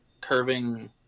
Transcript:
curving